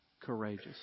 courageous